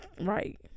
right